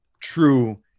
true